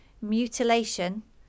mutilation